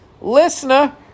listener